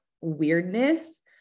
weirdness